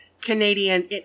Canadian